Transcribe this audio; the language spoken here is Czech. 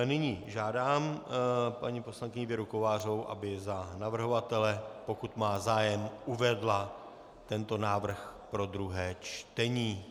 Nyní žádám paní poslankyni Věru Kovářovou, aby za navrhovatele, pokud má zájem, uvedla tento návrh pro druhé čtení.